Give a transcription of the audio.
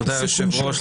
אדוני היושב-ראש,